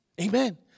Amen